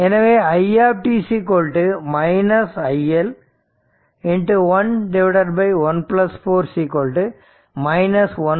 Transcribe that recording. எனவே i t i L 1 1 4 1 5 i L t